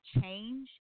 change